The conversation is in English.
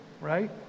right